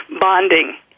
bonding